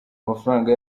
amafaranga